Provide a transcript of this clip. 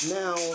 now